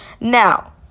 now